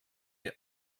wir